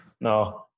No